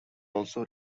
also